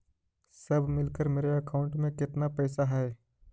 सब मिलकर मेरे अकाउंट में केतना पैसा है?